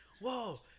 whoa